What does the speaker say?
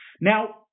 now